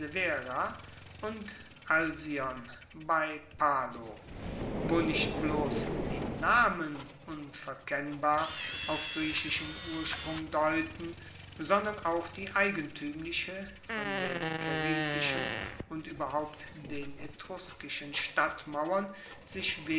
und alsion bei palo wo nicht bloss die namen unverkennbar auf griechischen ursprung deuten sondern auch die eigentuemliche von den caeritischen und ueberhaupt den etruskischen stadtmauern sich